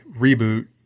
Reboot